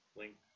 link